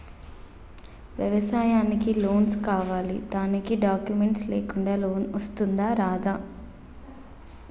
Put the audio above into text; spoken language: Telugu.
వ్యవసాయానికి లోన్స్ కావాలి దానికి డాక్యుమెంట్స్ లేకుండా లోన్ వస్తుందా రాదా?